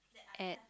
at